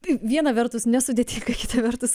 tai viena vertus nesudėtinga kita vertus